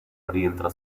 rientra